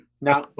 now